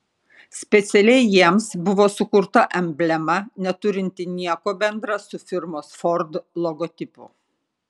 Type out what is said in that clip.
specialiai jiems buvo sukurta emblema neturinti nieko bendra su firmos ford logotipu